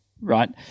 right